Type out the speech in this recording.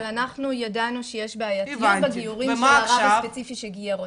אבל אנחנו ידענו שיש בעייתיות בגיורים של הרב הספציפי שגייר אותה.